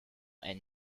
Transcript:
and